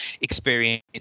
experience